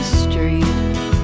street